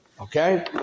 Okay